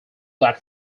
that